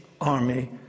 Army